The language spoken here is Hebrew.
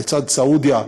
לצד סעודיה,